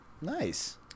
nice